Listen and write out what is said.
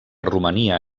romania